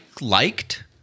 liked